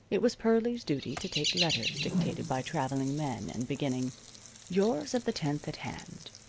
it was pearlie's duty to take letters dictated by traveling men and beginning yours of the tenth at hand.